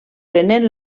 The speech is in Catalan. prenent